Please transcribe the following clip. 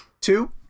Two